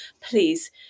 please